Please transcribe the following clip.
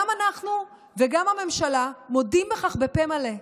גם אנחנו וגם הממשלה מודים בכך בפה מלא.